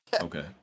Okay